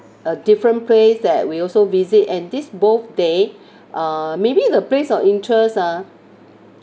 a different place that we also visit and this both day uh maybe the place of interest ah